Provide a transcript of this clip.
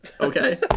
okay